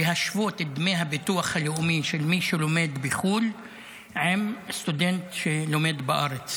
להשוות את דמי הביטוח הלאומי של מי שלומד בחו"ל עם סטודנט שלומד בארץ.